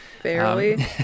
Fairly